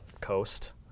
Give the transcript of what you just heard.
coast